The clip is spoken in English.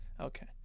okay